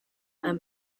han